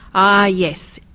ah yes,